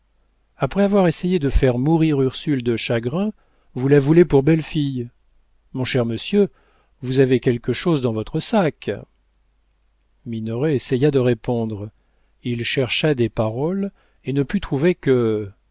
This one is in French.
après avoir essayé de faire mourir ursule de chagrin vous la voulez pour belle-fille mon cher monsieur vous avez quelque chose dans votre sac minoret essaya de répondre il chercha des paroles et ne put trouver que